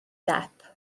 depp